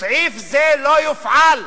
סעיף זה לא יופעל,